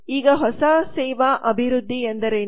ಈಗ ಹೊಸ ಸೇವಾಅಭಿವೃದ್ಧಿಎಂದರೇನು